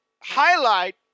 highlight